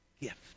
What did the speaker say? gift